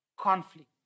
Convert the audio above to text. conflict